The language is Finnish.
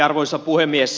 arvoisa puhemies